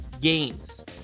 games